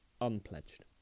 unpledged